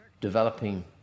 developing